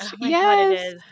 Yes